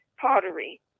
pottery